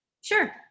sure